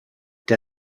der